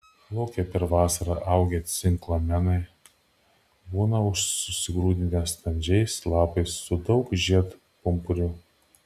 lauke per vasarą augę ciklamenai būna užsigrūdinę standžiais lapais su daug žiedpumpurių